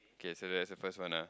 okay so that is the first one ah